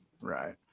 Right